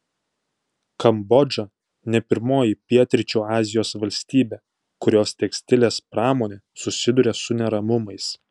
kambodža ne pirmoji pietryčių azijos valstybė kurios tekstilės pramonė susiduria su neramumais